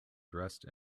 dressed